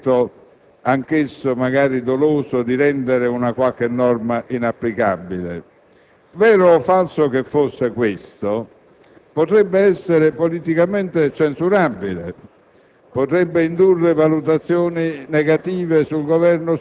Non è costituzionalmente rilevante che ci fosse un intento, anch'esso magari doloso, di rendere una qualche norma inapplicabile. Vero o falso che fosse, potrebbe essere politicamente censurabile